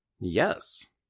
Yes